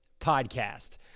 podcast